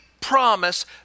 promise